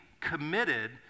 committed